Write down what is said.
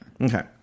Okay